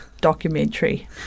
documentary